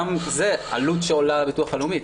יש גם עלות בתוך הביטוח הלאומי.